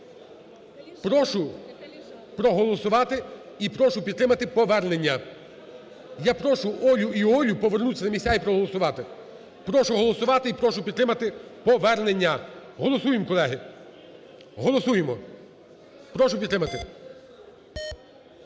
Прошу проголосувати і прошу підтримати повернення. Я прошу Олю і Олю повернутися на місця і проголосувати. Прошу голосувати і прошу підтримати повернення. Голосуємо, колеги. Голосуємо. Прошу підтримати.